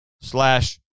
slash